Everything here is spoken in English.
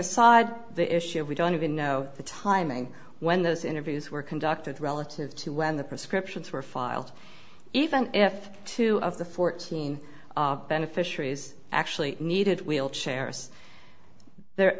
aside the issue of we don't even know the timing when those interviews were conducted relative to when the prescriptions were filed even if two of the fourteen beneficiaries actually needed wheelchairs their